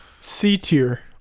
C-tier